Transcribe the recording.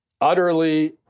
utterly